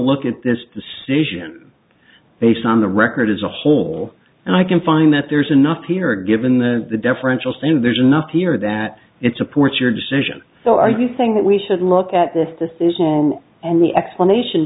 look at this decision based on the record as a whole and i can find that there's enough here given the the differential since there's enough here that it supports your decision so are you saying that we should look at this decision and the explanation